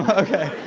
okay.